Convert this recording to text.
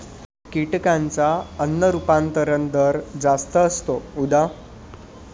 कीटकांचा अन्न रूपांतरण दर जास्त असतो, उदा